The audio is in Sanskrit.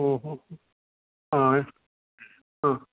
ओ हो